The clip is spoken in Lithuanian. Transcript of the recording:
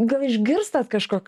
gal išgirstat kažkok